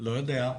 לא יודע,